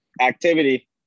Activity